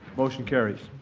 motion carries.